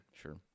Sure